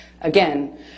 again